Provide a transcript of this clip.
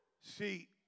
See